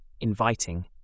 inviting